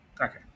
Okay